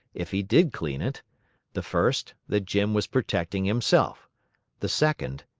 if he did clean it the first, that jim was protecting himself the second,